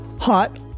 hot